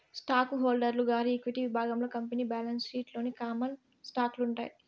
stock holder గారి equity విభాగంలో company balance sheet లోని కామన్ స్టాకులు ఉంటాయి